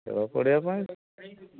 ଖେଳ ପଡ଼ିଆ ପାଇଁ